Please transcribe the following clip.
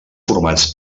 formats